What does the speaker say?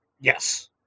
Yes